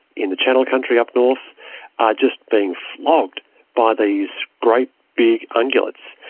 in the channel country up north, are just being flogged by these great big ungulates.